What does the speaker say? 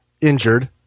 injured